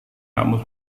kamus